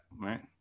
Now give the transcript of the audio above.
right